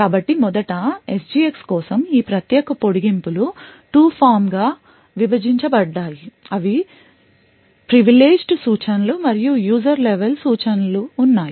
కాబట్టి మొదట SGX కోసం ఈ ప్రత్యేక పొడిగింపులు 2 ఫారమ్ గా విభజించబడ్డాయి అవి ప్రివిలేజ్డ్ సూచనలు మరియు user level సూచన లు ఉన్నాయి